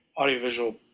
audiovisual